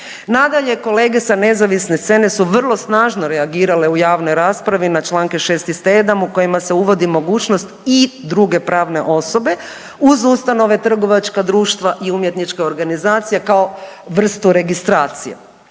Nadalje, kolege sa nezavisne scene su vrlo snažno reagirale u javnoj raspravi na čl. 6. i 7. u kojima se uvodi mogućnost i druge pravne osobe uz ustanove, trgovačka društva i umjetničke organizacije kao vrstu registracije.